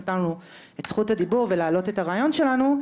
נתנה לנו את זכות הדיבור ולהעלות את הרעיון שלנו,